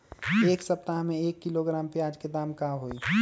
एक सप्ताह में एक किलोग्राम प्याज के दाम का होई?